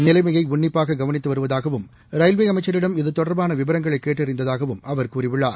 நிலைமையைஉன்னிப்பாககவனித்துவருவதாகவும்ரயில்வேஅமைச்சரிடம் இது தொடர்பானவிவரங்களைக் கேட்டறிந்தாகவும் அவர் கூறியுள்ளார்